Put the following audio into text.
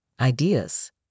ideas